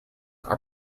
are